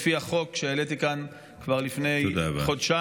לפי החוק שהעליתי כאן כבר לפני חודשיים,